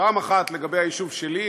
פעם אחת לגבי היישוב שלי,